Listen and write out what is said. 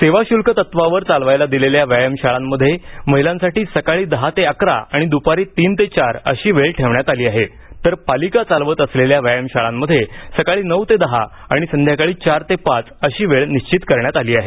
सेवाशुल्क तत्त्वावर चालवायला दिलेल्या व्यायामशाळांमध्ये महिलांसाठी सकाळी दहा ते अकरा आणि द्पारी तीन ते चार अशी वेळ ठेवण्यात आली आहे तर पालिका चालवत असलेल्या व्यायामशाळांमध्ये सकाळी नऊ ते दहा आणि संध्याकाळी चार ते पाच अशी वेळ निश्वित करण्यात आली आहे